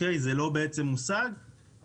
כלומר, לא משיגים את המטרה.